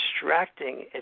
distracting